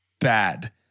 bad